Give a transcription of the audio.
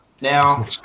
now